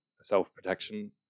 self-protection